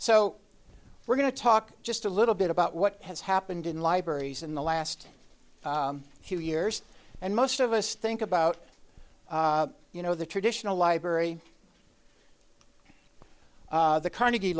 so we're going to talk just a little bit about what has happened in libraries in the last few years and most of us think about you know the traditional library the carnegie